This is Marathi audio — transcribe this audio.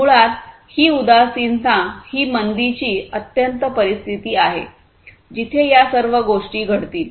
मुळात ही उदासीनता ही मंदीची अत्यंत परिस्थिती आहे जिथे या सर्व गोष्टी घडतील